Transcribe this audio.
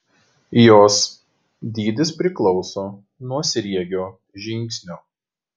jos dydis priklauso nuo sriegio žingsnio